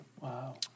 Wow